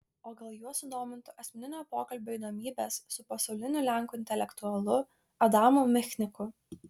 o gal juos sudomintų asmeninio pokalbio įdomybės su pasauliniu lenkų intelektualu adamu michniku